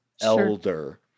elder